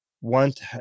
want